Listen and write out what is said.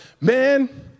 man